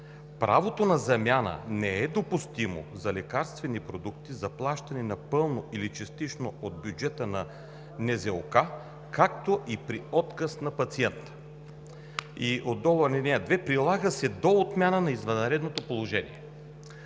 Правото на замяна не е допустимо за лекарствени продукти за плащане – пълно или частично от бюджета на НЗОК, както и при отказ на пациента.“ И отдолу е ал. 2: „Прилага се до отмяна на извънредното положение“.